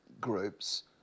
groups